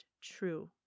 true